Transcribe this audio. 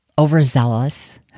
overzealous